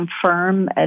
confirm